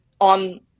on